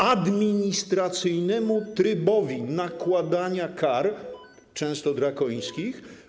administracyjnemu trybowi nakładania kar, często drakońskich.